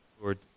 Lord